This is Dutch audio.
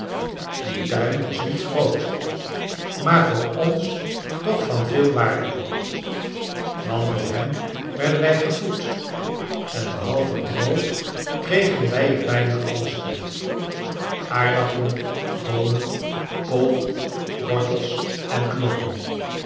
die tuin was niet groot maar voor ons toch van veel waarde want door hem werden wij gevoed en behalve brood kregen wij er bijna alles uit aardappelen boonen kool wortels en knollen